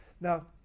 Now